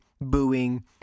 booing